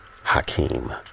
Hakeem